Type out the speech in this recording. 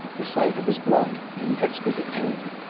the sight of his blood, and the exquisite pain,